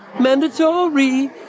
mandatory